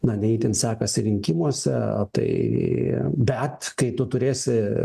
na ne itin sekasi rinkimuose tai bet kai tu turėsi